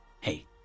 Hey